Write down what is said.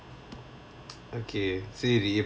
okay சீரி:seeri